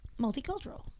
Multicultural